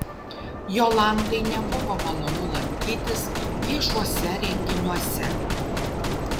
jolantai nebuvo malonu lankytis viešuose renginiuose